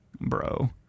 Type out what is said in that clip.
bro